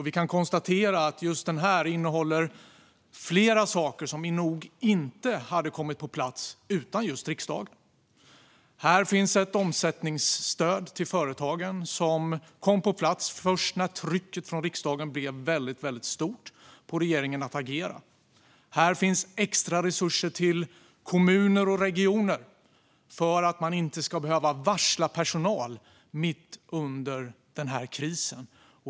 Vi kan konstatera att den innehåller flera saker som nog inte hade kommit på plats utan just riksdagen. Här finns ett omsättningsstöd till företagen som kom på plats först när trycket från riksdagen blev väldigt stort på regeringen att agera. Här finns extra resurser till kommuner och regioner för att man inte ska behöva varsla personal mitt under krisen.